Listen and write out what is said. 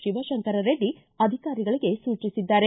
ಶಿವಶಂಕರ ರೆಡ್ಡಿ ಅಧಿಕಾರಿಗಳಿಗೆ ಸೂಚಿಸಿದ್ದಾರೆ